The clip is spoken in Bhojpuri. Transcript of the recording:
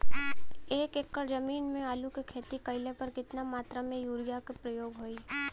एक एकड़ जमीन में आलू क खेती कइला पर कितना मात्रा में यूरिया क प्रयोग होई?